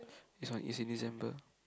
it's on in December